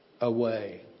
away